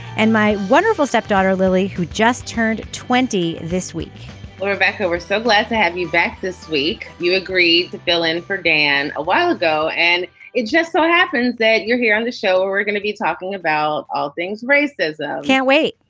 and my wonderful stepdaughter, lily, who just turned twenty this week rebecca, we're so glad to have you back this week. you agreed to fill in for dan a while ago and it just so happens that you're here on this show or we're gonna be talking about all things racism can't wait.